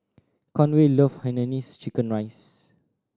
Conway love hainanese chicken rice